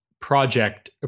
project